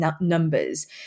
numbers